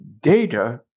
data